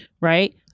right